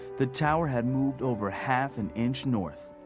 the tower had moved over half an inch north.